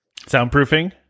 Soundproofing